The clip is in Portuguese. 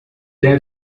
você